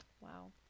Wow